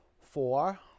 Four